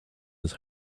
his